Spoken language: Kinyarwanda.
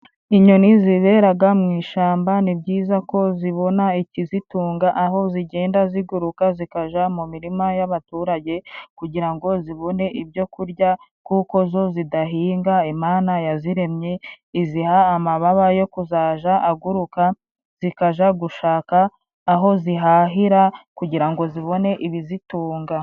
Inyoni ziberaga mu ishyamba, ni byiza ko zibona ikizitunga aho zigenda ziguruka, zikaja mu mirima y'abaturage kugira ngo zibone ibyo kurya, kuko zo zidahinga Imana yaziremye iziha amababa yo kuzaja aguruka, zikaja gushaka aho zihahira kugira ngo zibone ibizitunga.